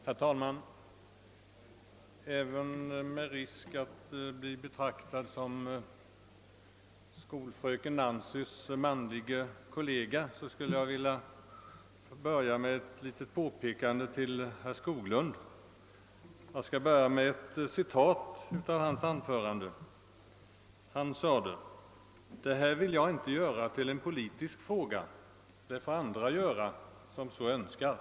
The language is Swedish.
Herr talman! Även med risk att bli betraktad som skolfröken Nancys manlige kollega vill jag börja med att göra ett litet påpekande för herr Skoglund. Jag tar då ett stycke ur herr Skoglunds eget anförande, där han sade: Denna sak vill jag inte göra till en politisk fråga. Det får andra göra som så önskar.